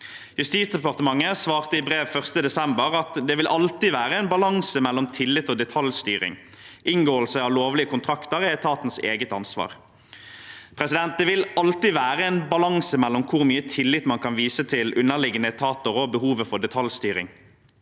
Justisdepartementet svarer i brev av 1. desember at «[d]et vil alltid være en balanse mellom tillit og detaljstyring. Inngåelse av lovlige kontrakter er etatens eget ansvar». Det vil alltid være en balanse mellom hvor mye tillit man kan vise til underliggende etater, og behovet for detaljstyring.